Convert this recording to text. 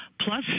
plus